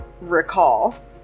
recall